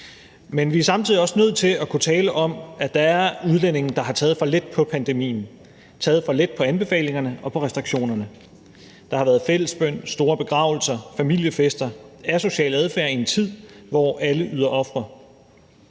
Men vi er samtidig også nødt til at kunne tale om, at der er udlændinge, der har taget for let på pandemien, har taget for let på anbefalingerne og restriktionerne. Der har været fællesbøn, store begravelser, familiefester – en asocial adfærd i en tid, hvor alle yder ofre.